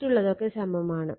മറ്റുള്ളതൊക്കെ സമമാണ്